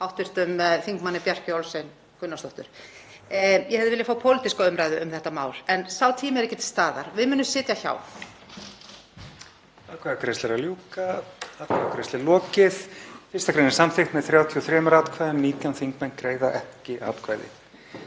frá hv. þm. Bjarkeyju Olsen Gunnarsdóttur. Ég hefði viljað fá pólitíska umræðu um þetta mál en sá tími er ekki til staðar. Við munum sitja hjá.